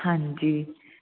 ਹਾਂਜੀ